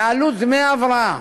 מעלות דמי ההבראה